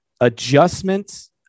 adjustments